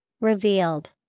Revealed